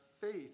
faith